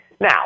Now